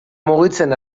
mugitzen